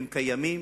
הם קיימים,